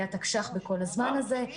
היה תקש"ח בכל הזמן הזה.